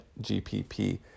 GPP